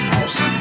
House